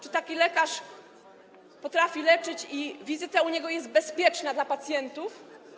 Czy taki lekarz potrafi leczyć i czy wizyta u niego jest bezpieczna dla pacjentów?